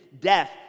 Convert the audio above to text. death